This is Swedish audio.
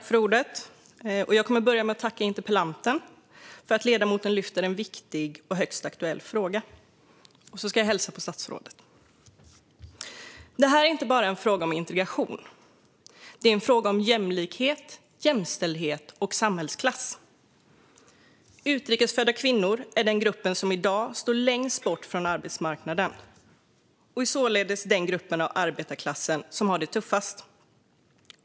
Fru talman! Jag vill börja med att tacka interpellanten för att hon lyfter upp en viktig och högst aktuell fråga. Jag vill även hälsa på statsrådet. Detta är inte bara en fråga om integration, utan det är en fråga om jämlikhet, jämställdhet och samhällsklass. Utrikes födda kvinnor är den grupp som i dag står längst bort från arbetsmarknaden och är således den grupp i arbetarklassen som har det tuffast.